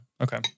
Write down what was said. Okay